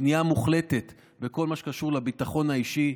בכניעה מוחלטת בכל מה שקשור לביטחון האישי.